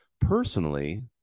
Personally